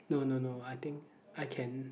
no no no I think I can